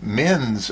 men's